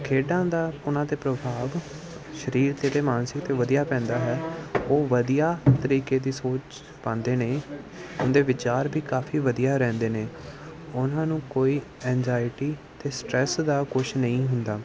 ਖੇਡਾਂ ਦਾ ਉਹਨਾਂ 'ਤੇ ਪ੍ਰਭਾਵ ਸਰੀਰ 'ਤੇ ਅਤੇ ਮਾਨਸਿਕ ਵਧੀਆ ਪੈਂਦਾ ਹੈ ਉਹ ਵਧੀਆ ਤਰੀਕੇ ਦੀ ਸੋਚ ਪਾਉਂਦੇ ਨੇ ਉਨਦੇ ਵਿਚਾਰ ਵੀ ਕਾਫੀ ਵਧੀਆ ਰਹਿੰਦੇ ਨੇ ਉਹਨਾਂ ਨੂੰ ਕੋਈ ਐਨਜਾਈਟੀ ਅਤੇ ਸਟਰੈਸ ਦਾ ਕੁਛ ਨਹੀਂ ਹੁੰਦਾ